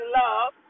love